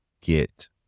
get